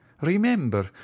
remember